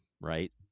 right